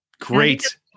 Great